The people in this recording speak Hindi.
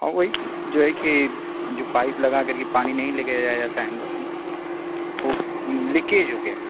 हाँ वही जो है कि जो पाइप लगाकर के पानी नहीं लेकर जाया जाता है अंदर ना वह लीकेज हो गया है